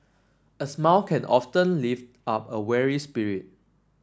a smile can often lift up a weary spirit